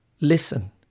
listen